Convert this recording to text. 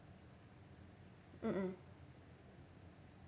mmhmm